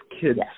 kids